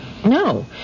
No